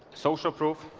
social proof.